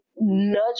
nudge